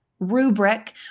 rubric